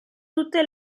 tutte